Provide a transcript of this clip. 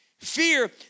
fear